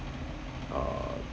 uh